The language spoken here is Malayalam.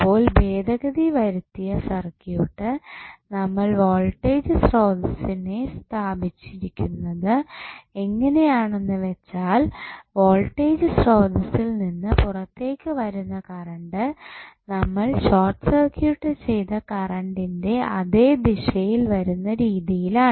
അപ്പോൾ ഭേദഗതി വരുത്തിയ സർക്യൂട്ട് നമ്മൾ വോൾടേജ് സ്രോതസ്സിനെ സ്ഥാപിക്കുന്നത് എങ്ങനെയാണെന്ന് വെച്ചാൽ വോൾട്ടേജ് സ്രോതസ്സിൽ നിന്ന് പുറത്തേക്ക് വരുന്ന കറണ്ട് നമ്മൾ ഷോർട്ട് സർക്യൂട്ട് ചെയ്ത കറണ്ടിന്റെ അതേ ദിശയിൽ വരുന്ന രീതിയിലാണ്